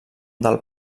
del